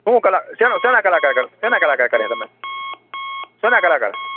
હું કલાક શેના કલાકાર શેના કલાકાર કર્યા તમે શેના કલાકાર